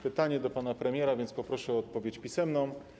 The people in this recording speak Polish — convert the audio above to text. Pytanie do pana premiera, więc poproszę o odpowiedź pisemną.